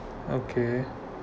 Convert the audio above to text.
okay